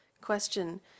question